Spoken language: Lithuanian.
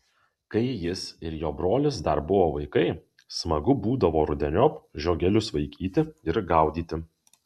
kai jis ir jo brolis dar buvo vaikai smagu būdavo rudeniop žiogelius vaikyti ir gaudyti